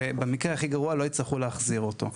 ובמקרה הכי גרוע לא יצטרכו להחזיר אותו.